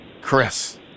Chris